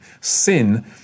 Sin